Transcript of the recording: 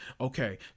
okay